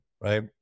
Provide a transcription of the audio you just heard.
right